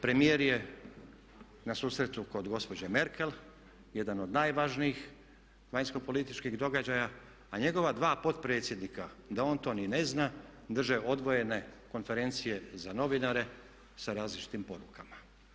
Premijer je na susretu kod gospođe Merkel jedan od najvažnijih vanjsko-političkih događaja, a njegova dva potpredsjednika da on to ni ne zna drže odvojene konferencije za novinare sa različitim porukama.